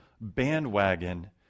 bandwagon